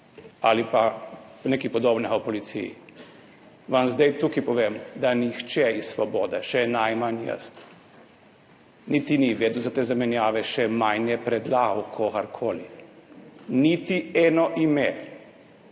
ali pa nekaj podobnega v policiji, vam zdaj tukaj povem, da nihče iz Svobode, še najmanj jaz, niti ni vedel za te zamenjave še manj je predlagal kogarkoli. Niti eno ime,